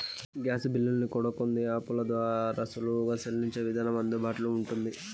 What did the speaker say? gas బిల్లుల్ని కూడా కొన్ని యాపుల ద్వారా సులువుగా సెల్లించే విధానం అందుబాటులో ఉంటుంది